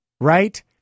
Right